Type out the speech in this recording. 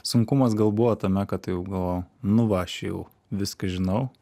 sunkumas gal buvo tame kad jau galvojau nu va aš jau viską žinau